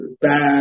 bad